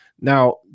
Now